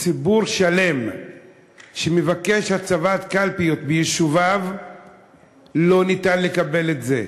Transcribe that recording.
ציבור שלם שמבקש הצבת קלפיות ביישוביו לא מקבל את זה?